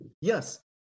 yes